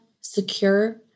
secure